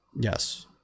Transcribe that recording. Yes